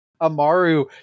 Amaru